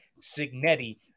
Signetti